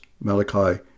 Malachi